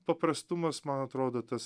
paprastumas man atrodo tas